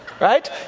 right